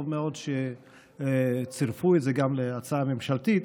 טוב מאוד שצירפו את זה גם להצעה ממשלתית.